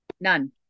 none